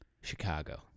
Chicago